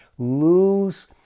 lose